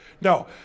No